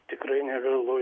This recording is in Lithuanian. tikrai nevėlu